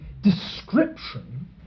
description